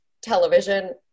television